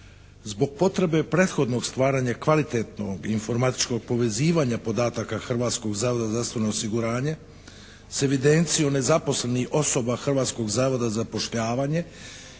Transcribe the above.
Zbog potrebe prethodnog stvaranja kvalitetnog i informatičkog povezivanja podataka Hrvatskog zavoda za zdravstveno osiguranje